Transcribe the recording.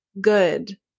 good